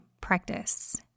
practice